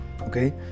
okay